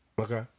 Okay